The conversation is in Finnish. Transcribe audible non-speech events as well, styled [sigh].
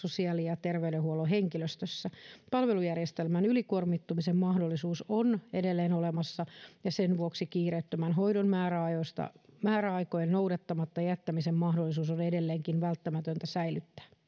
[unintelligible] sosiaali ja terveydenhuollon henkilöstössä palvelujärjestelmän ylikuormittumisen mahdollisuus on edelleen olemassa [unintelligible] [unintelligible] ja sen vuoksi kiireettömän hoidon määräaikojen noudattamatta jättämisen mahdollisuus on edelleenkin välttämätöntä säilyttää [unintelligible]